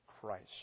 Christ